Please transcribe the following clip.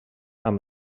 amb